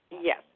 Yes